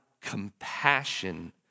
compassion